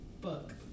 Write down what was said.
Book